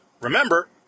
remember